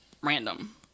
random